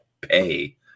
pay